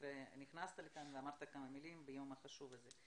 שנכנסת לכאן ואמרת כמה מלים ביום החשוב הזה.